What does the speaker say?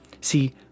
See